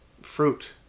fruit